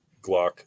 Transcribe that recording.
Glock